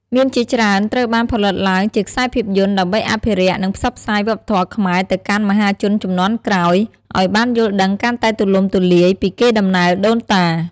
មានជាច្រើនត្រូវបានផលិតឡើងជាខ្សែភាពយន្ត ដើម្បីអភិរក្ស និងផ្សព្វផ្សាយវប្បធម៌ខ្មែរទៅកាន់មហាជនជំនាន់ក្រោយ ឲ្យបានយល់ដឹងកាន់តែទូលំទូលាយពីកេរដំណែលដូនតា។